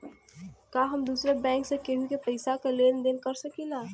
का हम दूसरे बैंक से केहू के पैसा क लेन देन कर सकिला?